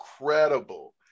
incredible